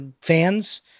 fans